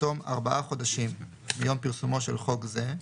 תום ארבעה חודשים מיום פרסומו של חוק זה,